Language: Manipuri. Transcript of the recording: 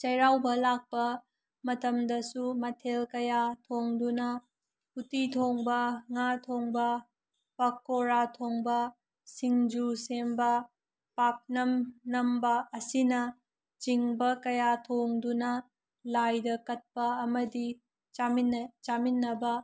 ꯆꯩꯔꯥꯎꯕ ꯂꯥꯛꯄ ꯃꯇꯝꯗꯁꯨ ꯃꯊꯦꯜ ꯀꯌꯥ ꯊꯣꯡꯗꯨꯅ ꯎꯇꯤ ꯊꯣꯡꯕ ꯉꯥ ꯊꯣꯡꯕ ꯄꯀꯣꯔꯥ ꯊꯣꯡꯕ ꯁꯤꯡꯖꯨ ꯁꯦꯝꯕ ꯄꯥꯛꯅꯝ ꯅꯝꯕ ꯑꯁꯤꯅꯆꯤꯡꯕ ꯀꯌꯥ ꯊꯣꯡꯗꯨꯅ ꯂꯥꯏꯗ ꯀꯠꯄ ꯑꯃꯗꯤ ꯆꯥꯃꯤꯟꯅꯩ ꯆꯥꯃꯤꯟꯅꯕ